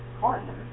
partner